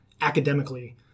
academically